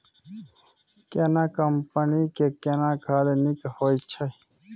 केना कंपनी के केना खाद नीक होय छै?